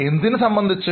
എന്തിനെ സംബന്ധിച്ച്